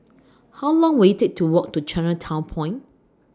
How Long Will IT Take to Walk to Chinatown Point